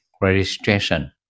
registration